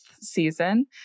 season